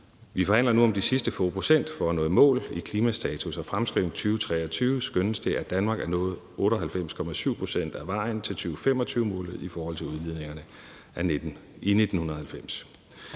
Vi forhandler nu om de sidste få procent for at nå i mål. I »Klimastatus og -fremskrivning 2023« skønnes det, at Danmark er nået 98,7 pct. af vejen til 2025-målet i forhold til udledningerne i 1990.